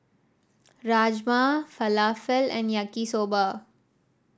Rajma Falafel and Yaki Soba